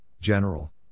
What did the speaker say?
General